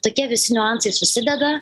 tokie visi niuansai susideda